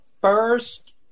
first